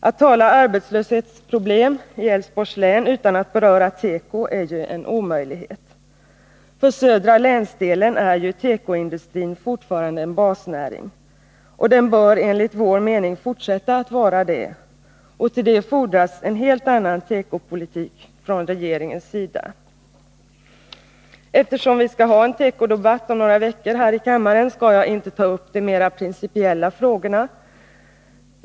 Att tala om arbetslöshetsproblem i Älvsborgs län utan att beröra teko är en omöjlighet. För södra länsdelen är tekoindustrin fortfarande en basnäring. Den bör enligt vår mening fortsätta att vara det, men det fordrar en helt annan tekopolitik från regeringens sida. Eftersom vi skall ha en tekodebatt om några veckor här i kammaren, skall jag inte ta upp de mera principiella frågorna.